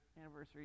anniversary